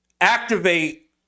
activate